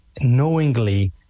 knowingly